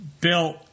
Bill